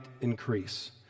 increase